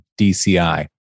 DCI